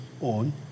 on